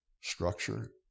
structure